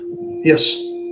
Yes